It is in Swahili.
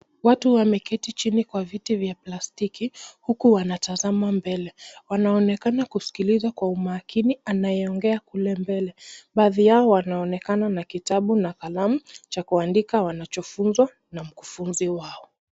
Watu wameketi chini kwa viti vya plastiki huku wanatazama mbele wanaonekana kuskiliza kwa umakini anayeongea kule mbele, baadhi yao wanaonekana na kitabu na kalamu cha kuandika wanachofunzwa na mkufunzi wao.